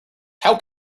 how